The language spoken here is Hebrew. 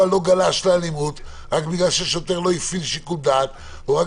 לא גלש לאלימות רק בגלל ששוטר לא הפעיל שיקול דעת או רק